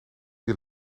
die